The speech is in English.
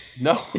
No